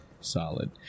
solid